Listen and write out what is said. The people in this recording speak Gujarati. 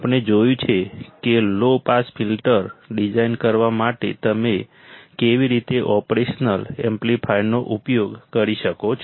આપણે જોયું છે કે લો પાસ ફિલ્ટર ડિઝાઇન કરવા માટે તમે કેવી રીતે ઓપરેશનલ એમ્પ્લીફાયરનો ઉપયોગ કરી શકો છો